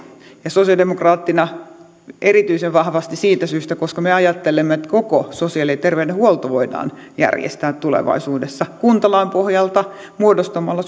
ja sosialidemokraattina erityisen vahvasti siitä syystä että me ajattelemme että koko sosiaali ja terveydenhuolto voidaan järjestää tulevaisuudessa kuntalain pohjalta muodostamalla